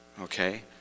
Okay